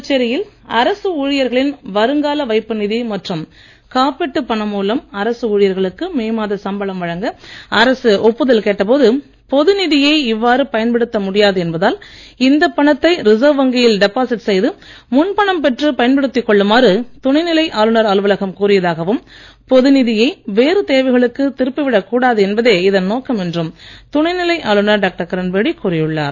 புதுச்சேரியில் அரசு ஊழியர்களின் வருங்கால வைப்புநிதி மற்றும் காப்பீட்டுப் பணம் மூலம் அரசு ஊழியர்களுக்கு மே மாத சம்பளம் வழங்க அரசு ஒப்புதல் கேட்டபோது பொது நிதியை இவ்வாறு பயன்படுத்த முடியாது என்பதால் இந்தப் பணத்தை ரிசர்வ் வங்கியில் டெபாசிட் செய்து முன்பணம் பெற்றுப் பயன்படுத்திக் கொள்ளுமாறு துணைநிலை ஆளுனர் அலுவலகம் கூறியதாகவும் பொது நிதியை வேறு தேவைகளுக்கு திருப்பிவிடக் கூடாது என்பதே இதன் நோக்கம் என்றும் துணைநிலை ஆளுனர் கூறியுள்ளார்